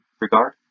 regard